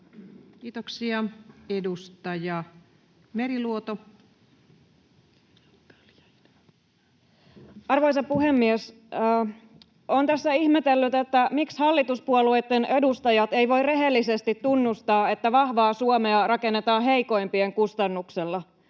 Kiitoksia. — Edustaja Meriluoto. Arvoisa puhemies! Olen tässä ihmetellyt, miksi hallituspuolueitten edustajat eivät voi rehellisesti tunnustaa, että vahvaa Suomea rakennetaan heikoimpien kustannuksella.